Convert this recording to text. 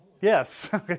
Yes